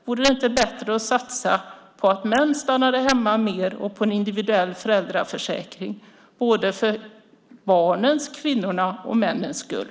Vore det inte bättre att satsa på att få män att stanna hemma mer och på en individuell föräldraförsäkring - för både barnens, kvinnornas och männens skull?